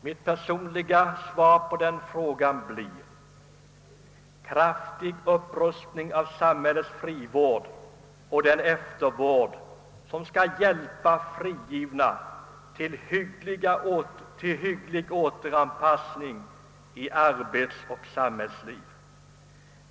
Mitt personliga svar på den frågan blir: Kraftig upprustning av samhällets frivård och eftervård som skall hjälpa de frigivna till hygglig återanpassning till arbetsoch samhällsliv.